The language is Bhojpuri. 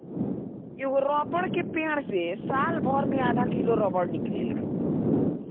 एगो रबर के पेड़ से सालभर मे आधा किलो रबर निकलेला